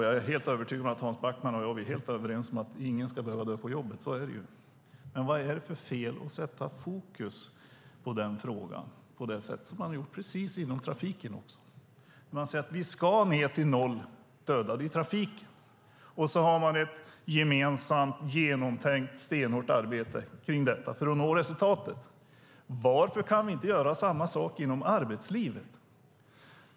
Jag är helt övertygad om att Hans Backman och jag är överens om att ingen ska behöva dö på jobbet. Så är det. Men vad är det för fel med att sätta fokus på denna fråga på precis samma sätt som man gjort inom trafiken? Man säger att vi ska ned till noll dödade i trafiken, och så har man ett gemensamt, genomtänkt och stenhårt arbete kring detta för att nå resultat. Varför kan vi inte göra samma sak inom arbetslivet?